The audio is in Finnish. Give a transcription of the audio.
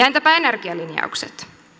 entäpä energialinjaukset